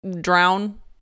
drown